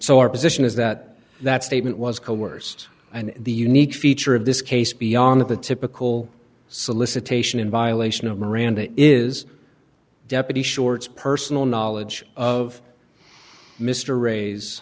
so our position is that that statement was coerced and the unique feature of this case beyond the typical solicitation in violation of miranda is deputy shorts personal knowledge of mr ra